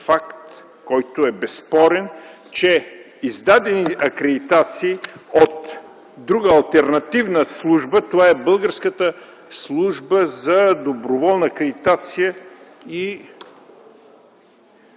който е безспорен, че издадени акредитации от друга алтернативна служба, това е Българската служба за доброволна акредитация и